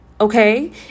okay